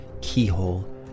keyhole